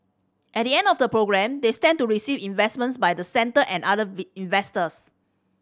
at the end of the programme they stand to receive investments by the centre and other investors